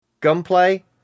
gunplay